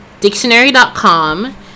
dictionary.com